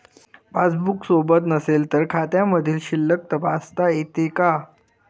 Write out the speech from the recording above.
Passbook सोबत नसेल तर खात्यामधील शिल्लक तपासता येते का?